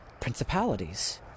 principalities